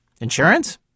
insurance